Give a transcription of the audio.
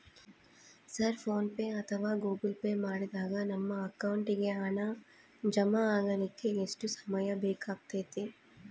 Sir PhonePe ಅಥವಾ Google Pay ಮಾಡಿದಾಗ ನಮ್ಮ ಅಕೌಂಟಿಗೆ ಹಣ ಜಮಾ ಆಗಲಿಕ್ಕೆ ಎಷ್ಟು ಸಮಯ ಬೇಕಾಗತೈತಿ?